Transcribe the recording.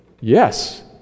yes